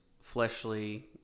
fleshly